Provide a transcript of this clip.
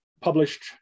published